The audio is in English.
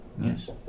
Yes